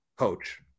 Coach